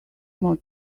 more